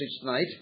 tonight